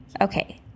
okay